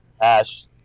ash